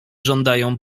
żądają